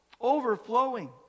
overflowing